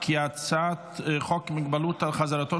ההצעה להעביר את הצעת חוק מגבלות על חזרתו